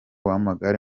w’amagare